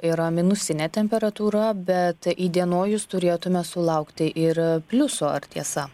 yra minusinė temperatūra bet įdienojus turėtume sulaukti ir pliuso ar tiesa